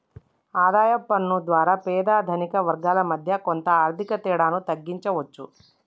ఆదాయ పన్ను ద్వారా పేద ధనిక వర్గాల మధ్య కొంత ఆర్థిక తేడాను తగ్గించవచ్చు